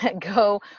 go